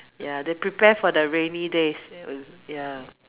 ya they prepare for the rainy days uh ya